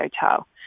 hotel